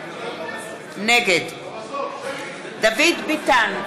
נגד דוד ביטן,